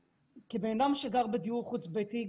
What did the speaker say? כאדם שגר בדיור חוץ ביתי,